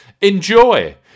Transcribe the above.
Enjoy